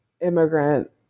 immigrant